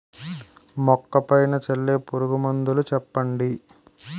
మొక్క పైన చల్లే పురుగు మందులు చెప్పండి?